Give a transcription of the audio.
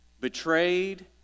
betrayed